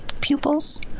pupils